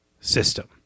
system